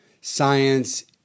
science